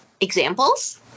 examples